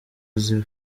azi